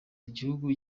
gihugu